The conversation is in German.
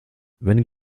wenn